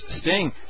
Sting